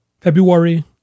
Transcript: February